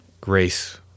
Grace